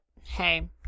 hey